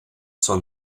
son